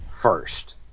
first